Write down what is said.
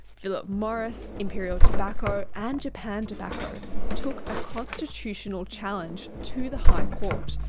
philip morris, imperial tobacco and japan tobacco took a constitutional challenge to the high court,